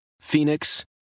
Phoenix